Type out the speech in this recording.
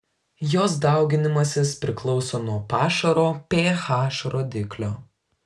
jos dauginimasis priklauso nuo pašaro ph rodiklio